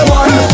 one